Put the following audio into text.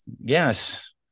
Yes